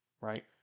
right